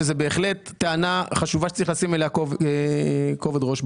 שזו בהחלט טענה חשובה שצריך לבחון בכובד ראש.